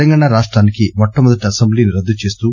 తెలంగాణ రాష్ట మొట్టమొదటి అసెంబ్లీని రద్దు చేస్తూ